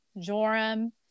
Joram